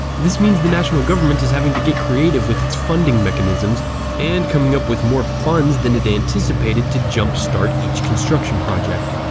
this means the national government is having to get creative with its funding mechanisms and coming up with more funds than it anticipated to jump-start each construction project.